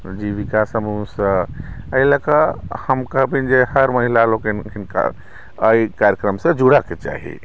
जीविका समूहसँ एहि लऽकऽ हम कहबनि जे हर महिला लोकनि हिनका एहि कार्यक्रमसँ जुड़यके चाही